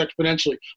exponentially